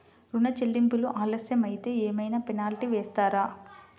ఋణ చెల్లింపులు ఆలస్యం అయితే ఏమైన పెనాల్టీ వేస్తారా?